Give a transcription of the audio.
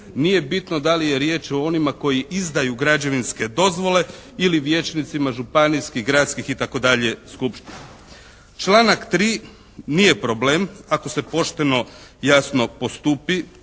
Nije bitno da li je riječ o onima koji izdaju građevinske dozvole ili vijećnicima županijskih, gradskih i tako dalje skupština. Članak 3. nije problem ako se pošteno, jasno postupi.